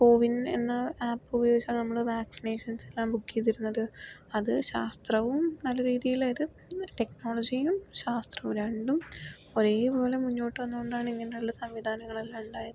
കോവിൻ എന്ന ആപ്പുപയോഗിച്ചാണ് നമ്മള് വാക്സിനേഷൻസെല്ലാം ബുക്കെയ്തിരുന്നത് അത് ശാസ്ത്രവും നല്ല രീതിയിലത് ടെക്നോളജിയും ശാസ്ത്രവും രണ്ടും ഒരേ പോലെ മുന്നോട്ട് വന്നതുകൊണ്ടാണ് ഇങ്ങനെയുള്ള സംവിധാനങ്ങളെല്ലാം ഉണ്ടായത്